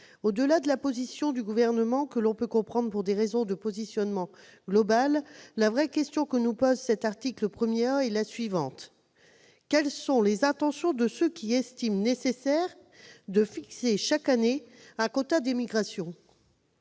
Au-delà de la position du Gouvernement, que l'on peut comprendre pour des raisons de positionnement global, la vraie question que nous pose cet article 1 A est la suivante : quelles sont les intentions de ceux qui estiment nécessaire de fixer chaque année un quota d'immigration ?